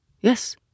Yes